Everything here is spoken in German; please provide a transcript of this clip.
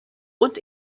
und